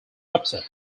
upset